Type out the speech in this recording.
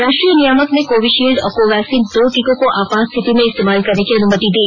राष्ट्रीय नियामक ने कोविशील्ड और कोवैक्सीन दो टीकों को आपात स्थिति में इस्तेमाल करने की अनुमति दी